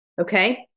okay